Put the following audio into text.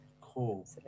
Cool